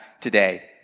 today